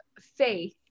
faith